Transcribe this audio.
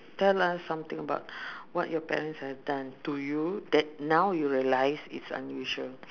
tell us something about what your parents have done to you that now you realise it's unusual